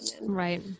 Right